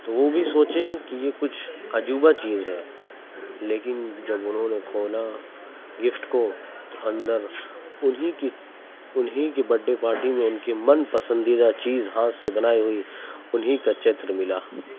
تو وہ بھی سوچیں کہ یہ کچھ عجوبہ چیز ہے لیکن جب انہوں نے کھولا گفٹ کو اندر انہی کی انہی کے بڈ ڈے پارٹی میں ان کے من پسندیدہ چیز ہاتھ سے بنائی ہوئی انہی کا چتر ملا